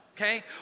okay